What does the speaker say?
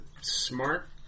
smart